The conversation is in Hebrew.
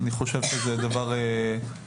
אני חושב שזה דבר בסיסי,